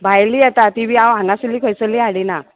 भायली येता ती बी हांव हांगासली खंयसल्ली हाडिना